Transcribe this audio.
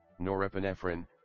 norepinephrine